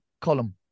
column